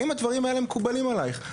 האם הדברים האלה מקובלים עליך?